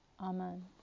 Amen